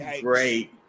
great